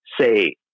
say